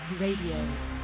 Radio